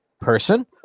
person